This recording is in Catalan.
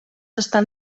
estan